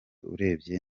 urebye